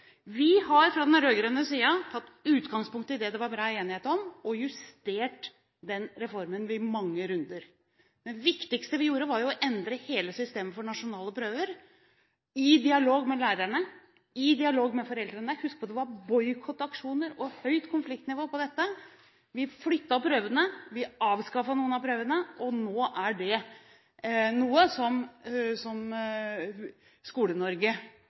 fra den rød-grønne side har tatt utgangspunkt i det som det var bred enighet om, og har i mange runder justert reformen. Det viktigste vi gjorde, var å endre hele systemet for nasjonale prøver – i dialog med lærerne, i dialog med foreldrene. Husk at det var boikottaksjoner og høyt konfliktnivå når det gjaldt dette. Vi flyttet prøvene, og vi avskaffet noen av prøvene. Nå er dette noe som